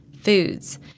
foods